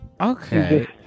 Okay